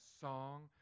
song